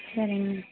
சரிங்க